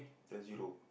then zero